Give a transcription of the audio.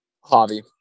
Hobby